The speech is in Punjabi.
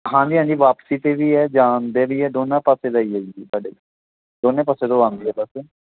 ਹਾਂਜੀ ਹਾਂਜੀ ਵਾਪਸੀ 'ਤੇ ਵੀ ਹੈ ਜਾਣਦੇ ਵੀ ਹੈ ਜਾਣ ਦੇ ਵੀ ਹੈ ਦੋਨਾਂ ਪਾਸੇ ਦਾ ਹੀ ਹੈ ਜੀ ਸਾਡੇ ਦੋਵੇਂ ਪਾਸੇ ਤੋਂ ਆਉਂਦੀ ਹੈ ਬਸ